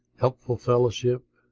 helpful fellowship,